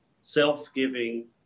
self-giving